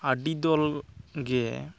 ᱟᱹᱰᱤ ᱫᱚᱞᱜᱮ